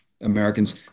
Americans